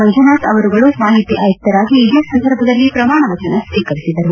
ಮಂಜುನಾಥ ಅವರುಗಳು ಮಾಹಿತಿ ಆಯುಕ್ತರಾಗಿ ಇದೇ ಸಂದರ್ಭದಲ್ಲಿ ಪ್ರಮಾಣವಚನ ಸ್ವೀಕರಿಸಿದರು